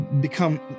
become